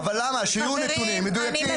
אבל שיהיו נתונים מדויקים.